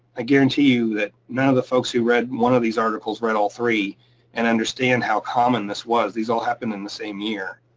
i guarantee you that none of the folks who read one of these articles read all three and understand how common this was. these all happened in the same year,